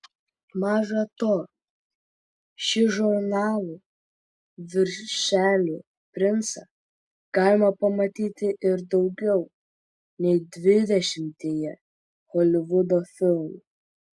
maža to šį žurnalų viršelių princą galima pamatyti ir daugiau nei dvidešimtyje holivudo filmų